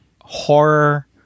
horror